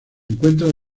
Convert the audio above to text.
encuentran